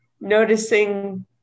noticing